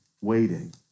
waiting